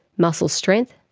muscle strength,